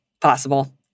possible